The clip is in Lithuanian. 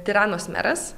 tiranos meras